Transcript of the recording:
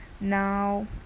Now